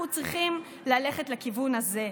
אנחנו צריכים ללכת לכיוון הזה.